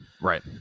Right